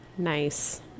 Nice